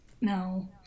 No